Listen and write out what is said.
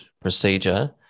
procedure